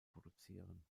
produzieren